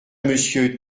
monsieur